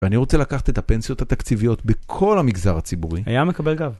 ואני רוצה לקחת את הפנסיות התקציביות בכל המגזר הציבורי. היה מקבל גב.